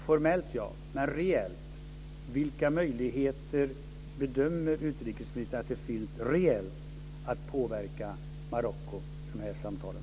Formellt, ja, men reellt, vilka möjligheter bedömer utrikesministern att det finns reellt att påverka Marocko i de här samtalen?